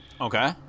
okay